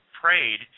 prayed